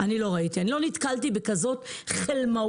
אני לא ראיתי, לא נתקלתי בכזאת חלמאות.